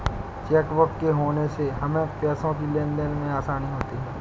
chequebook के होने से हमें पैसों की लेनदेन में आसानी होती हैँ